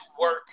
work